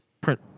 print